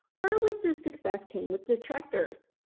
horowitz's success came with detractors.